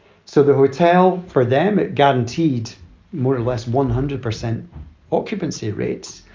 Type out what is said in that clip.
so the hotel, for them, it guaranteed more or less one hundred percent occupancy rates,